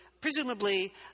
presumably